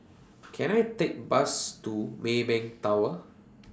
Can I Take Bus to Maybank Tower